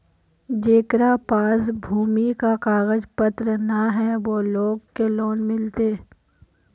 जेकरा पास भूमि का कागज पत्र न है वो लोग के लोन मिलते?